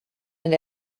and